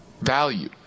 value